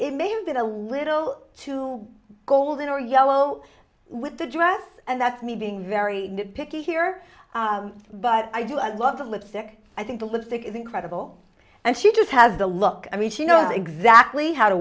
it may have been a little too golden or yellow with the dress and that's me being very picky here but i do i love the lipstick i think the lipstick is incredible and she just has the look i mean she knows exactly how to